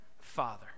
Father